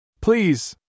Please